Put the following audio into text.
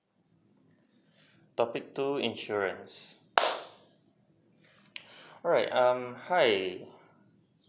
topic two insurance alright um hi